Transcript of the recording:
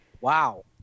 wow